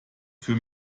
für